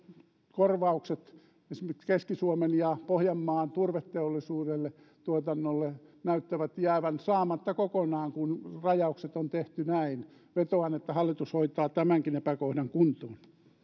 korvaukset keski suomen ja pohjanmaan turveteollisuuden tuotannolle näyttävät jäävän saamatta kokonaan kun rajaukset on tehty näin vetoan että hallitus hoitaa tämänkin epäkohdan kuntoon